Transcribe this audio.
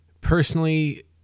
personally